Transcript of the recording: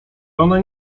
ona